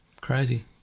crazy